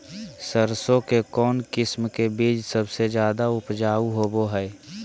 सरसों के कौन किस्म के बीच सबसे ज्यादा उपजाऊ होबो हय?